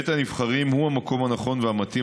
בית הנבחרים הוא המקום הנכון והמתאים